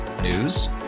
News